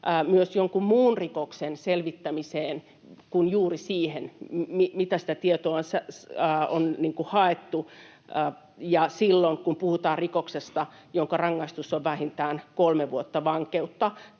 myös jonkun muun rikoksen selvittämiseen kuin juuri siihen, mitä varten sitä tietoa on haettu, ja silloin kun puhutaan rikoksesta, jonka rangaistus on vähintään kolme vuotta vankeutta,